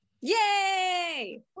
yay